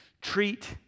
treat